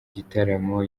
gitaramo